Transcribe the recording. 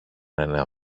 ένα